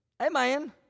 Amen